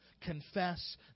Confess